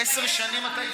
עשר שנים את,